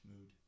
mood